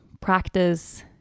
practice